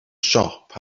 siop